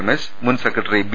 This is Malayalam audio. രമേശ് മുൻ സെക്രട്ടറി ബി